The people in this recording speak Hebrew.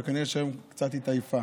וכנראה שהיום קצת התעייפה.